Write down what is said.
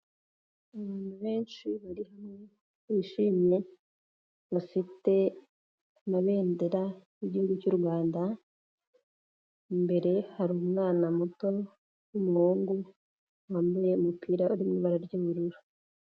Abantu benshi bari hamwe, bishimye bafite amabendera y'Igihugu cy'u Rwanda, imbere hari umwana muto w'umuhungu wambaye umupira urimo ibara ry'ubururu.